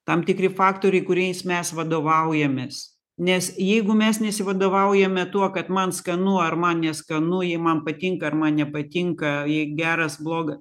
tam tikri faktoriai kuriais mes vadovaujamės nes jeigu mes nesivadovaujame tuo kad man skanu ar man neskanu ji man patinka ar man nepatinka jei geras bloga